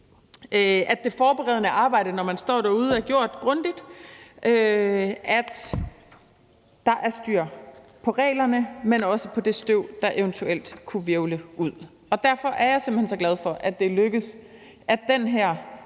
at det forberedende arbejde, når man står derude, er gjort grundigt, og at der er styr på reglerne, men også på det støv, der eventuelt kunne hvirvle ud. Derfor er jeg simpelt hen så glad for, at det er lykkedes at